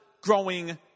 growing